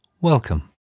Welcome